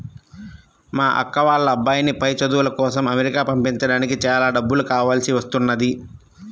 మా అక్క వాళ్ళ అబ్బాయిని పై చదువుల కోసం అమెరికా పంపించడానికి చాలా డబ్బులు కావాల్సి వస్తున్నది